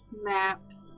maps